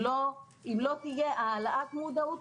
אם לא תהיה העלאת מודעות,